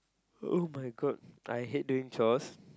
[oh]-my-god I hate doing chores